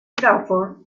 crawford